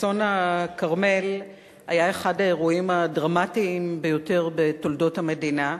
אסון הכרמל היה אחד האירועים הדרמטיים ביותר בתולדות המדינה,